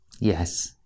Yes